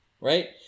right